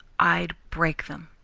i'd break them.